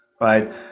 right